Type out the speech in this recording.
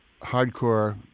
hardcore